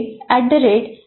iistagmail